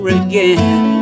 again